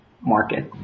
market